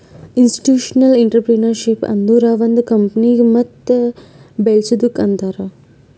institutional intrapreneurship ಅಂದುರ್ ಒಂದ್ ಕಂಪನಿಗ ಮತ್ ಬೇಳಸದ್ದುಕ್ ಅಂತಾರ್